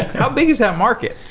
how big is that market?